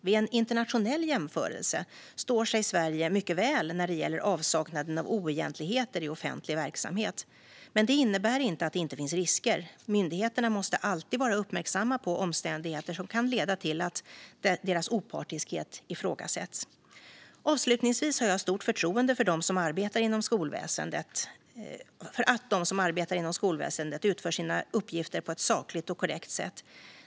Vid en internationell jämförelse står sig Sverige mycket väl när det gäller avsaknad av oegentligheter i offentlig verksamhet. Men det innebär inte att det inte finns risker. Myndigheterna måste alltid vara uppmärksamma på omständigheter som kan leda till att deras opartiskhet ifrågasätts. Avslutningsvis har jag stort förtroende för att de som arbetar inom skolväsendet utför sina uppgifter på ett sakligt och korrekt sätt.